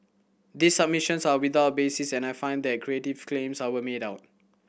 these submissions are without basis and I find that creative claims are were made out